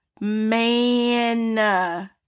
Man